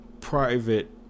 private